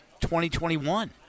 2021